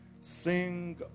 Sing